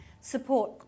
support